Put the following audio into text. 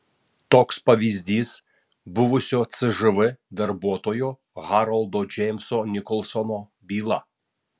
toks pavyzdys buvusio cžv darbuotojo haroldo džeimso nikolsono byla